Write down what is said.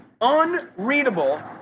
unreadable